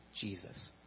Jesus